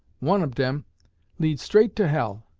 one ob dem leads straight to hell,